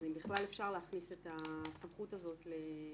והאם אפשר בכלל להכניס את הסמכות הזו לוועדת